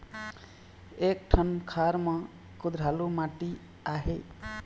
एक ठन खार म कुधरालू माटी आहे?